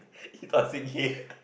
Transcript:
he plus Sing K